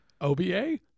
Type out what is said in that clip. OBA